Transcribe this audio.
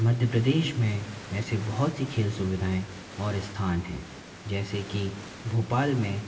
मध्य प्रदेश में ऐसे बहुत सी खेल सुविधाएँ और स्थान हैं जैसे कि भोपाल में